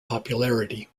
popularity